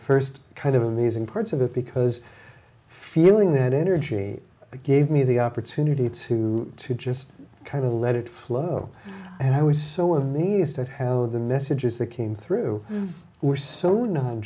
first kind of amazing parts of it because feeling that energy gave me the opportunity to to just kind of let it flow and i was so of me is that how the messages that came through were so no